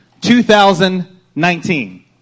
2019